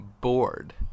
bored